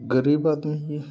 गरीब आदमी हीं